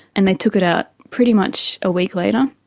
and they took it out pretty much a week later.